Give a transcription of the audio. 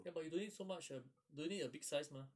ya but you don't need so much when don't need a big size mah